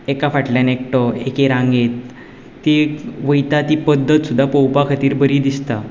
एका फाटल्यान एकटो एके रांगेंत ती वयता ती पद्दत सुद्दां पळोवपा खातीर बरी दिसता